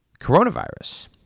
coronavirus